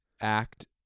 act